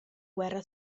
guerra